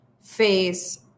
face